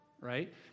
right